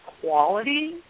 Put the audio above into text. quality